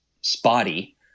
spotty